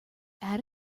add